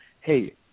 hey